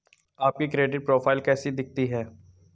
आपकी credit profile कैसी दिखती है?